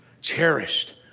Cherished